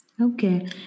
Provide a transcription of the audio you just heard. Okay